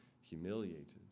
humiliated